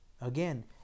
again